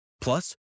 Plus